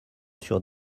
sur